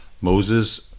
Moses